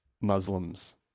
Muslims